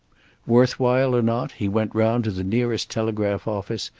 worth while or not, he went round to the nearest telegraph-office,